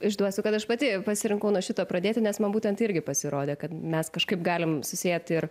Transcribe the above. išduosiu kad aš pati pasirinkau nuo šito pradėti nes man būtent irgi pasirodė kad mes kažkaip galim susiet ir